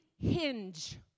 Hinge